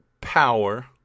power